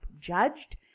judged